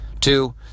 Two